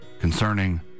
concerning